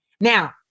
Now